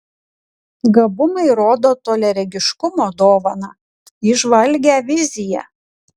gabumai rodo toliaregiškumo dovaną įžvalgią viziją